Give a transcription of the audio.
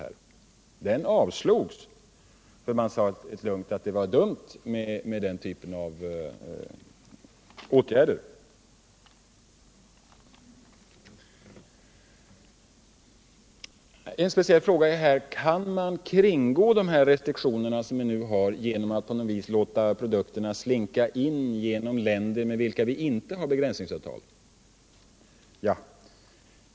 Den avslogs med en hänvisning till att det var dumt med den typen av åtgärder. En speciell fråga i detta sammanhang är om man kan kringgå de restriktioner vi nu har genom att på något vis låta produkterna slinka in via länder med vilka vi inte har begränsningsavtal.